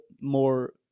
more